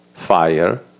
fire